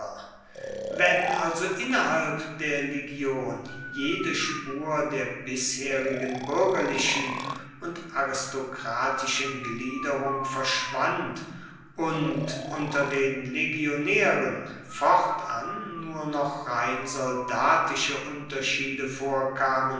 wenn also innerhalb der legion jede spur der bisherigen bürgerlichen und aristokratischen gliederung verschwand und unter den legionären fortan nur noch rein soldatische unterschiede vorkamen